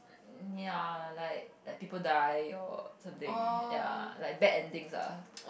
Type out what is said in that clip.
ya like like people die or something ya like bad endings lah